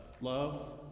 Love